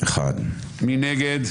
מי נגד?